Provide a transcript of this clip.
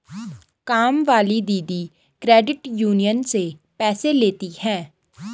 कामवाली दीदी credit union से पैसे लेती हैं